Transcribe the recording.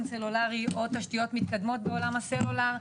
סלולרי או תשתיות מתקדמות בעולם הסלולר,